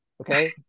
Okay